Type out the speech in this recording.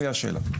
זה השאלה.